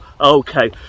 Okay